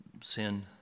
sin